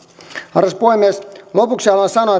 arvoisa puhemies lopuksi haluan sanoa